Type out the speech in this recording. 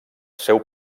seu